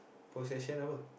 possession apa